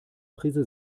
prise